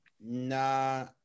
Nah